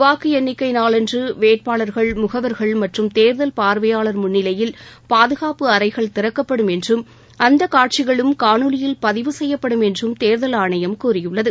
வாக்கு எண்ணிக்கை நாளன்று வேட்பாளர்கள் மற்றும் முகவர்கள் மற்றும் தேர்தல் பார்வையாளர் முன்னிலையில் பாதுகாப்பு அறைகள் திறக்கப்படும் என்றும் அந்தக் காட்சிகளும் காணொலியில் பதிவு செய்யப்படும் என்றும் தேர்தல் ஆணையம் கூறியுள்ளது